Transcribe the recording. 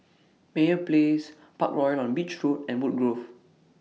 Meyer Place Parkroyal on Beach Road and Woodgrove